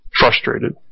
frustrated